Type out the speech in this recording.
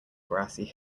grassy